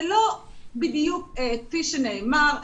זה לא בדיוק כפי שנאמר.